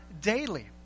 daily